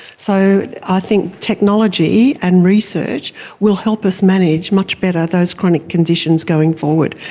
so i think technology and research will help us manage much better those chronic conditions going forward.